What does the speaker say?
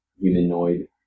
humanoid